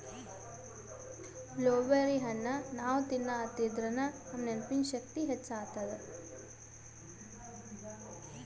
blueberry ಹಣ್ಣ್ ನಾವ್ ತಿನ್ನಾದ್ರಿನ್ದ ನಮ್ ನೆನ್ಪಿನ್ ಶಕ್ತಿ ಹೆಚ್ಚ್ ಆತದ್